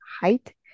height